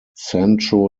sancho